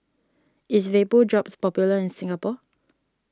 is Vapodrops popular in Singapore